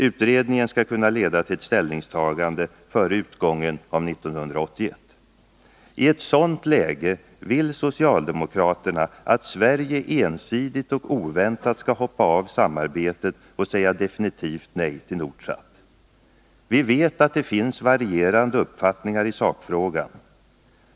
Utredningen skall kunna leda till ett ställningstagande före utgången av 1981. I ett sådant läge vill socialdemokraterna att Sverige ensidigt och oväntat skall hoppa av samarbetet och säga definitivt nej till Nordsat. Vi vet att det finns varierande uppfattningar i sakfrågan.